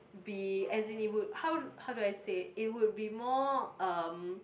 be as in it would how how do I say it will be more um